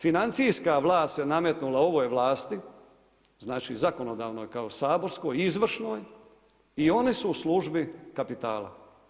Financijska vlast se nametnula ovoj vlasti, znači zakonodavnoj kao saborskoj i izvršnoj i oni su u službi kapitala.